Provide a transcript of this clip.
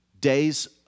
days